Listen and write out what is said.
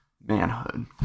manhood